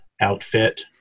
outfit